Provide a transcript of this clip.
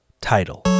title